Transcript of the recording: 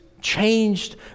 changed